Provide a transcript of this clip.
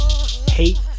Hate